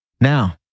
Now